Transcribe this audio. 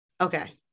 okay